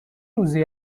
روزی